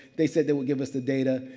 they said they will give us the data.